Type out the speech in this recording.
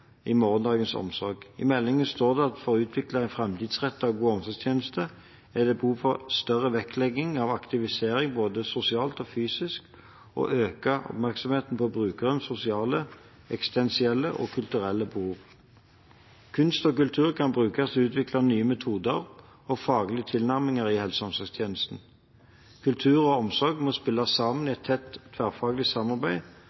i stortingsmeldingen Morgendagens omsorg. I meldingen står det at for å utvikle en framtidsrettet og god omsorgstjeneste er det behov for større vektlegging av aktivisering både sosialt og fysisk og økt oppmerksomhet på brukeres sosiale, eksistensielle og kulturelle behov. Kunst og kultur kan brukes til å utvikle nye metoder og faglige tilnærminger i helse- og omsorgstjenestene. Kultur og omsorg må spille sammen i et tett tverrfaglig samarbeid